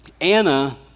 Anna